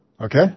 okay